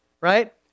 right